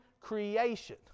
creation